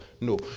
No